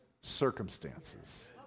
circumstances